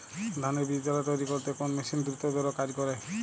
ধানের বীজতলা তৈরি করতে কোন মেশিন দ্রুততর কাজ করে?